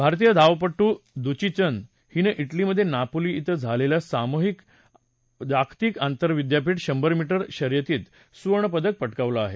भारतीय धावपटू दुतीचंद हिनं डिलीमधे नापोली िं झालेल्या जागतिक आंतरविद्यापीठ शंभर मीटर शर्यतीत सुवर्णपदक पटकावलं आहे